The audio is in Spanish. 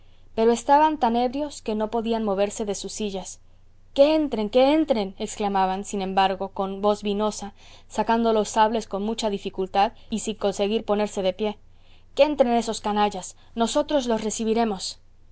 pero estaban tan ebrios que no podían moverse de sus sillas que entren que entren exclamaban sin embargo con voz vinosa sacando los sables con mucha dificultad y sin conseguir ponerse de pie que entren esos canallas nosotros los recibiremos